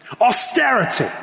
Austerity